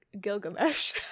gilgamesh